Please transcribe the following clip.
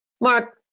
Mark